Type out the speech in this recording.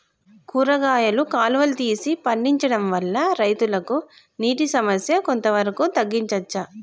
కూరగాయలు కాలువలు తీసి పండించడం వల్ల రైతులకు నీటి సమస్య కొంత వరకు తగ్గించచ్చా?